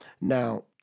Now